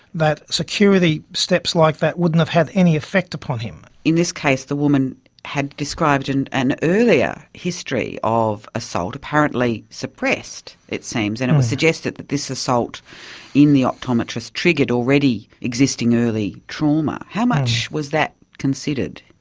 that security steps like that wouldn't have had any effect upon him. in this case the woman had described and an earlier yeah history of assault, apparently suppressed, it seems, and it was suggested that this assault in the optometrist's triggered already existing early trauma. how much was that considered?